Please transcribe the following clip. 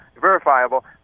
verifiable